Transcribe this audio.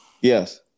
yes